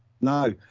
No